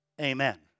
Amen